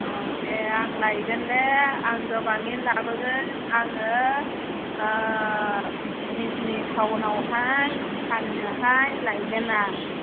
औ दे आं लायगोन दे आं गोबाङैनो लाबोगोन आङो ओ बिजनी टाउनावहाय फान्नोहाय लायगोन आं